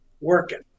working